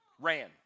ran